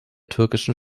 türkischen